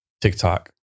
TikTok